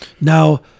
Now